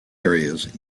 areas